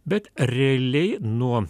bet realiai nuo